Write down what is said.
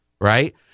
right